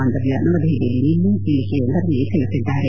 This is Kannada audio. ಮಾಂಡವಿಯಾ ನವದೆಹಲಿಯಲ್ಲಿ ನಿನ್ನೆ ಹೇಳಿಕೆಯೊಂದರಲ್ಲಿ ತಿಳಿಸಿದ್ದಾರೆ